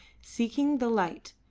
seeking the light,